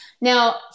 Now